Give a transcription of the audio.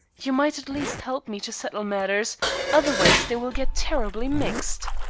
you might at least help me to settle matters otherwise they will get terribly mixed.